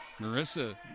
Marissa